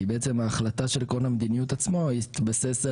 ההחלטה של כל המדיניות עצמה התבססה